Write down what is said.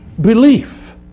Belief